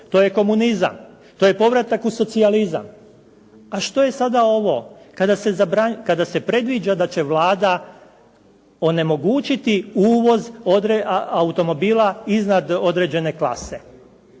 To je komunizam. To je povratak u socijalizam. A što je sada ovo? Kada se predviđa da će Vlada onemogućiti uvoz automobila iznad određene klase.